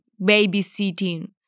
babysitting